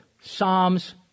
Psalms